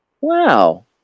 Wow